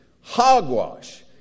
Hogwash